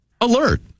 alert